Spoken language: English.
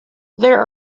there